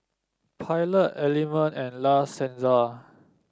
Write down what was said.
Pilot Element and La Senza